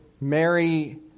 Mary